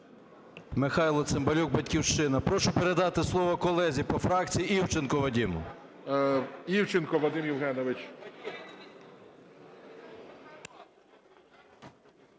Михайло Цимбалюк, "Батьківщина". Прошу передати слово колезі по фракції Івченко Вадиму. ГОЛОВУЮЧИЙ. Івченко Вадим Євгенович.